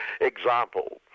example